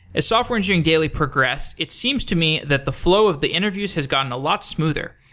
as software engineering daily progressed, it seems to me that the flow of the energies has gotten a lot smoother.